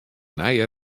nije